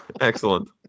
Excellent